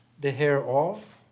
the hair of